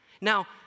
Now